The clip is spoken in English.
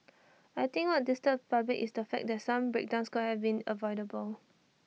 I think what disturbs the public is the fact that some breakdowns could have been avoidable